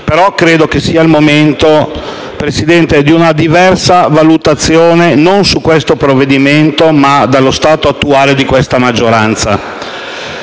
ma credo che sia il momento di una diversa valutazione, non su questo provvedimento ma sullo stato attuale di questa maggioranza.